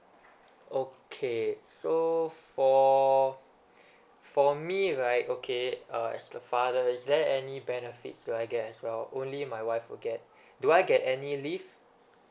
okay so for for me right okay err as the father is there any benefits should I get as well only my wife will get do I get any leave